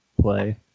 play